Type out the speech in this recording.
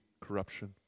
corruption